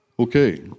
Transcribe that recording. Okay